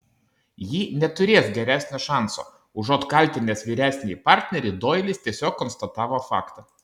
ji neturės geresnio šanso užuot kaltinęs vyresnįjį partnerį doilis tiesiog konstatavo faktą